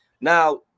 now